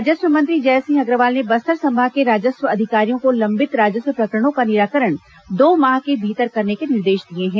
राजस्व मंत्री जयसिंह अग्रवाल ने बस्तर संभाग के राजस्व अधिकारियों को लंबित राजस्व प्रकरणों का निराकरण दो माह के भीतर करने के निर्देश दिए हैं